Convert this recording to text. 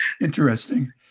Interesting